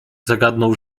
zagadnął